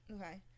okay